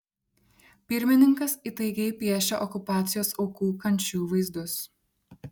pirmininkas įtaigiai piešia okupacijos aukų kančių vaizdus